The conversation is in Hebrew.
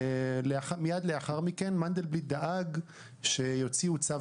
מיד לאחר מכן מנדלבליט דאג שיוציאו צו